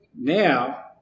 Now